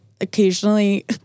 Occasionally